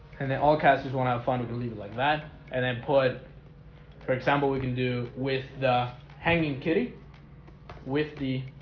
and then all casters will not fun to believe like that and then put for example, we can do with the hanging kitty with the